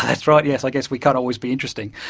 that's right, yes. i guess we can't always be interesting.